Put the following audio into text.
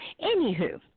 Anywho